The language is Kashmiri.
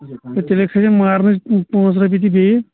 ہَے تیٚلہِ کھسَن مارنس پٲنٛژھ رۄپیہِ تہِ بیٚیہِ